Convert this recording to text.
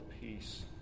peace